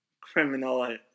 criminal